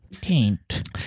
taint